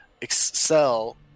excel